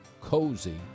cozy